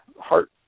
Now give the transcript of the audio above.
heart